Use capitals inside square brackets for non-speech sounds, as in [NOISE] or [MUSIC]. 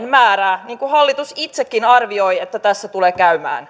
[UNINTELLIGIBLE] määrää niin kuin hallitus itsekin arvioi että tässä tulee käymään